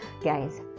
Guys